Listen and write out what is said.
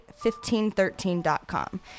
1513.com